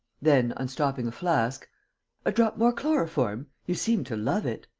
then, unstopping a flask a drop more chloroform? you seem to love it.